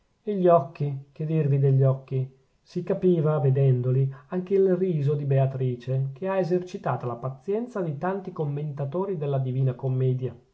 e gli occhi che dirvi degli occhi si capiva vedendoli anche il riso di beatrice che ha esercitata la pazienza di tanti commentatori della divina commedia